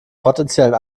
potenziellen